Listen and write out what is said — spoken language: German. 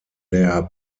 der